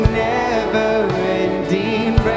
never-ending